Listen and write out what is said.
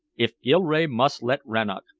if gilrae must let rannoch,